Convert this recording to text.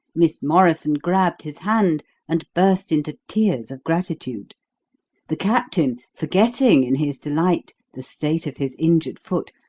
miss morrison grabbed his hand and burst into tears of gratitude the captain, forgetting in his delight the state of his injured foot,